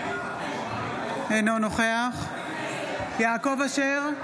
אינו נוכח יעקב אשר,